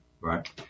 Right